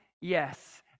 yes